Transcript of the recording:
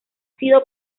sido